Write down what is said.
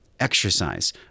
exercise